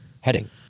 heading